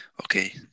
Okay